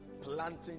planting